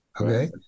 Okay